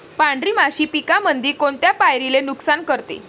पांढरी माशी पिकामंदी कोनत्या पायरीले नुकसान करते?